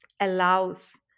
allows